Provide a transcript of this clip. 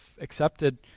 accepted